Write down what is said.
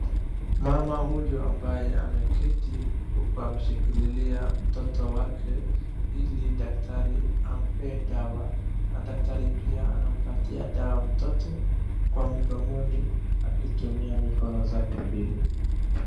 Mama huyu ambaye ameketi huku akishikilia mtoto wake daktari ampee dawa na daktari pia anampatia mtoto dawa kwa mdomoni akitumia mikono zake mbili.